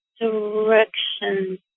directions